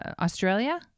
Australia